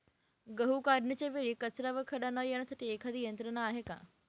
गहू काढणीच्या वेळी कचरा व खडा न येण्यासाठी एखादी यंत्रणा आहे का?